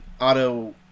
auto